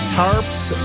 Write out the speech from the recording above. tarps